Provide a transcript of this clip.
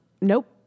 Nope